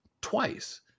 twice